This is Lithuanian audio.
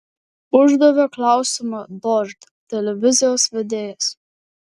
uždavė klausimą dožd televizijos vedėjas